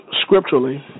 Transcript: scripturally